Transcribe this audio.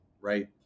right